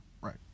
right